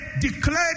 declared